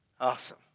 Awesome